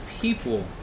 people